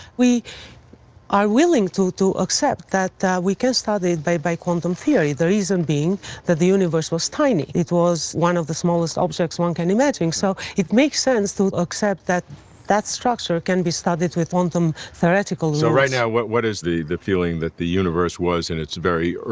we are willing to to accept that that we can start it by by quantum theory the reason being that the universe was tiny. it was one of the smallest objects one can imagine, so it makes sense to accept that that structure can be studied with quantum theoretical so right now what what is the the feeling that the universe was in its very.